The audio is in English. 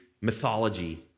mythology